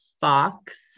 Fox